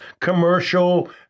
commercial